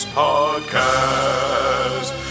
podcast